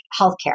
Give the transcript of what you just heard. healthcare